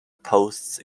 posts